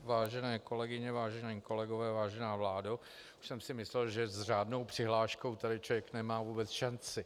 Vážené kolegyně, vážení kolegové, vážená vládo, už jsem si myslel, že s řádnou přihláškou tady člověk nemá vůbec šanci.